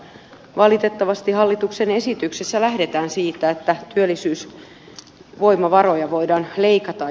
valitettavasti hallituksen esityksessä lähdetään siitä että työllisyysvoimavaroja voidaan leikata